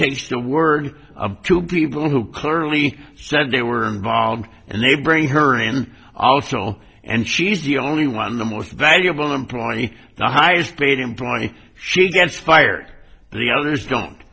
takes the word of two people who clearly said they were involved and they bring her in also and she's the only one the most valuable employee the highest paid employee she gets fired the others don't